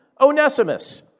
Onesimus